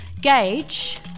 Gage